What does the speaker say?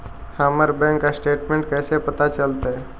हमर bank statement कैसे पता चलतै?